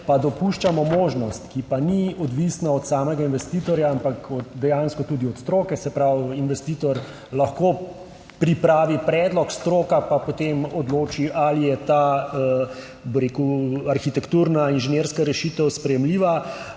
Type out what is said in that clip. pa dopuščamo možnost, ki pa ni odvisna od samega investitorja, ampak dejansko tudi od stroke. Se pravi, investitor lahko pripravi predlog, stroka pa potem odloči ali je ta, bi rekel, arhitekturna, inženirska rešitev sprejemljiva,